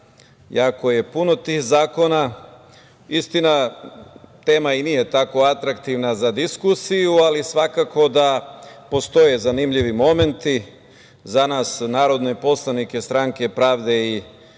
je puno tih zakona, istina, tema i nije tako atraktivna za diskusiju, ali svakako da postoje zanimljivi momenti. Za nas narodne poslanike stranke Pravde i pomirenja